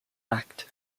act